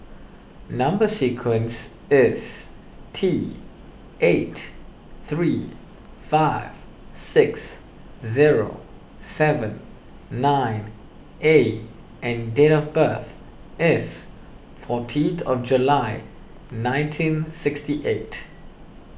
Number Sequence is T eight three five six zero seven nine A and date of birth is fourteenth of July nineteen sixty eight